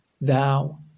thou